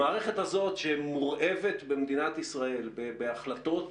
המערכת הזאת שמורעבת במדינת ישראל בהחלטות